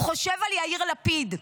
הוא חושב על יאיר לפיד.